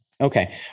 Okay